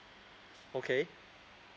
okay